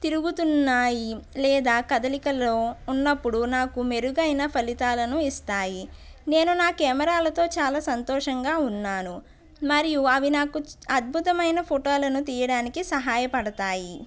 తిరుగుతున్నాయి లేదా కదలికలో ఉన్నప్పుడు నాకు మెరుగైన ఫలితాలను ఇస్తాయి నేను నా కెమెరాలతో చాలా సంతోషంగా ఉన్నాను మరియు అవి నాకు అద్భుతమైన ఫోటోలను తీయడానికి సహాయపడతాయి